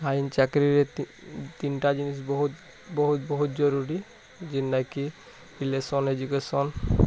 fine ଚାକିରୀରେ ତିନ୍ ତିନ୍ଟା ଜିନିଷ ବହୁତ ବହୁତ ଜରୁରୀ ଯେନ୍ତା କି ରିଲେସନ୍ ଏଜୁକେଶନ୍